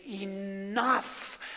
enough